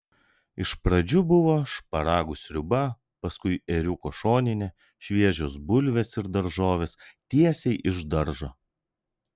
iš pradžių buvo šparagų sriuba paskui ėriuko šoninė šviežios bulvės ir daržovės tiesiai iš daržo